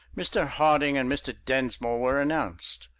mr. harding and mr. densmore were announced.